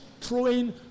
throwing